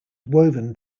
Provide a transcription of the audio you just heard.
woven